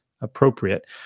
appropriate